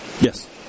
Yes